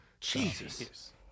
Jesus